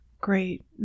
Great